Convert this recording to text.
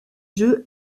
jeux